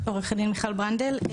עו"ד מיכל ברנדל.